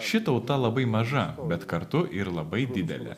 ši tauta labai maža bet kartu ir labai didelė